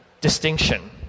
distinction